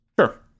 Sure